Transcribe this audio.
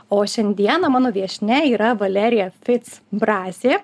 o šiandieną mano viešnia yra valerija fic brasė